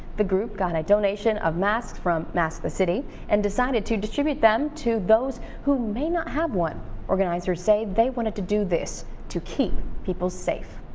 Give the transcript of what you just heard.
the group got a donation of masks from mask the city. and decided to distribute them to those who might not have one organizers say they wanted to do this to keep people safe.